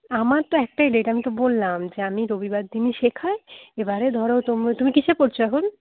আমার তো একটাই ডেট আমি তো বললাম যে আমি রবিবার দিনই শেখাই এবারে ধরো তোমার তুমি কীসে পড়ছ এখন